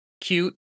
cute